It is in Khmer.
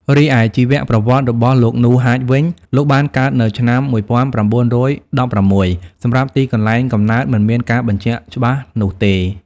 រីឯជីវប្រវត្តិរបស់លោក នូ ហាច វិញ លោកបានកើតនៅឆ្នាំ ១៩១៦ សម្រាប់ទីកន្លែងកំណើតមិនមានការបញ្ជាក់ច្បាស់នោះទេ។